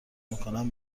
میکنم